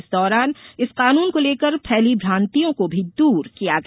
इस दौरान इस कानून को लेकर फैली भ्रान्तियों को भी दूर किया गया